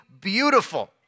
beautiful